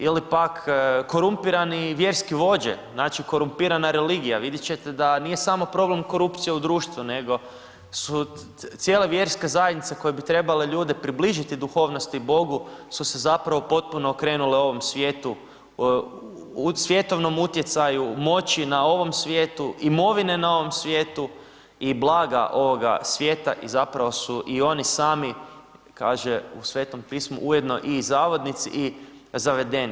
Ili pak korumpirani vjerske vođe, znači korumpirana religija, vidjeti ćete da nije samo problem korupcije u društvu nego su cijele vjerske zajednice koje bi trebale ljude približiti duhovnosti i Bogu su se zapravo potpuno okrenule ovom svijetu, svjetovnom utjecaju, moći na ovom svijetu, imovine na ovom svijetu i blaga ovoga svijeta i zapravo su i oni sami, kaže u Svetom Pismu, ujedno i zavodnici i zavedeni.